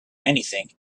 anything